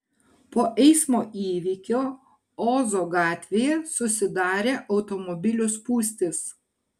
po eismo įvykio ozo gatvėje susidarė automobilių spūstys